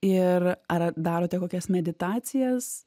ir ar darote kokias meditacijas